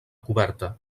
coberta